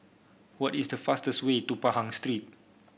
what is the fastest way to Pahang Street